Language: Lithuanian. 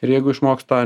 ir jeigu išmoksta